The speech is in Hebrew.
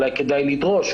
אולי כדאי לדרוש,